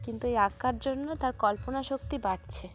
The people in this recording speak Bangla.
কিন্তু এই আঁকার জন্য তার কল্পনাশক্তি বাড়ছে